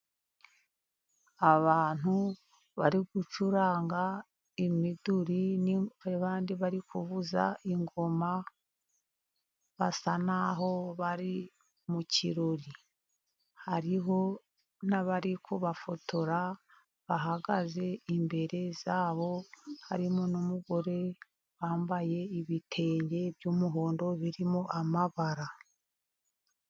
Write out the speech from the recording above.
Abantu bari gucuranga imiduri, n' abandi bari kuvuza ingoma, basa naho bari mu kirori . Hariho n'abari kubafotora bahagaze imbere yabo harimo n'umugore wambaye ibitenge by'umuhondo birimo amabara.